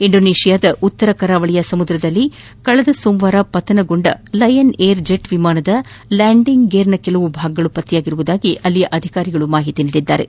ಇಂಡೋನೇಷ್ಯಾದ ಉತ್ತರ ಕರಾವಳಿಯ ಸಮುದ್ರದಲ್ಲಿ ಕಳಿದ ಸೋಮವಾರ ಪತನಗೊಂಡ ಲಯನ್ ಏರ್ ಜೆಟ್ ವಿಮಾನದ ಲ್ಯಾಂಡಿಗ್ ಗೇರ್ನ ಕೆಲವು ಭಾಗಗಳು ಪತ್ತೆಯಾಗಿವೆ ಎಂದು ಅಲ್ಲಿನ ಅಧಿಕಾರಿಗಳು ತಿಳಿಸಿದ್ದಾರೆ